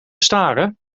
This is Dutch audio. staren